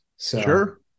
Sure